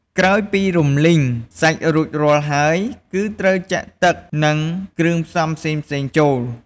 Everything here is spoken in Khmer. ក្រោយពីរំលីងសាច់រួចរាល់ហើយ គឺត្រូវចាក់ទឹក និងគ្រឿងផ្សំផ្សេងៗចូល។